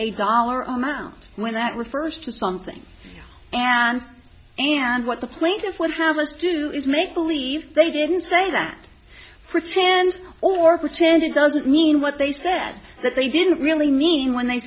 a dollar amount when that refers to something and and what the plaintiff would have us do is make believe they didn't say that pretend or pretend it doesn't mean what they said that they didn't really mean when they